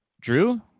Drew